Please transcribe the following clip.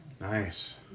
Nice